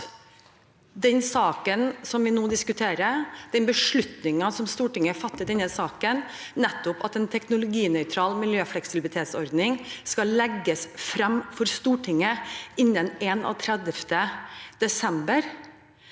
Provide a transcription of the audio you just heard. den saken vi nå diskuterer, den beslutningen Stortinget fatter i denne saken, om at en teknologinøytral miljøfleksibilitetsordning skal legges frem for Stortinget innen 31. desember,